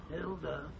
Hilda